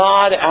God